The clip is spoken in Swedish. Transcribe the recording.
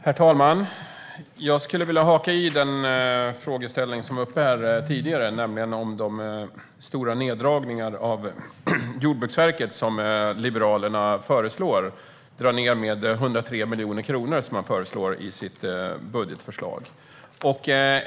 Herr talman! Jag skulle vilja haka i den tidigare frågeställningen om den stora neddragningen av Jordbruksverkets anslag med 103 miljoner kronor som Liberalerna föreslår i sitt budgetförslag.